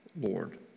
Lord